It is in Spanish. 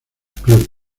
club